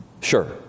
Sure